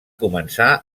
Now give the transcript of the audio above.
començar